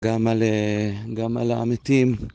גם על, גם על העמיתים.